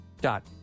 Dot